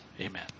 Amen